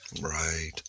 Right